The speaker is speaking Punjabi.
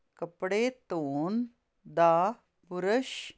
ਕੱਪੜੇ ਧੋਣ ਦਾ ਬੁਰਸ਼